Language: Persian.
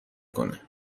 کنه